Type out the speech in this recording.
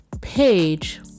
page